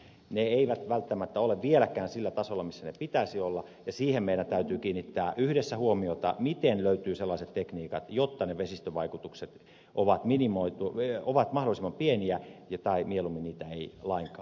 ne eivät välttämättä ole vieläkään sillä tasolla millä niiden pitäisi olla ja siihen meidän täytyy kiinnittää yhdessä huomiota miten löytyy sellaiset tekniikat jotta ne vesistövaikutukset ovat mahdollisimman pieniä tai mieluummin niitä ei lainkaan tule